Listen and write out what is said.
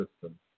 system